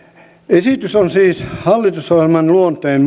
esitys on siis hallitusohjelman luonteen